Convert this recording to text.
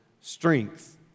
strength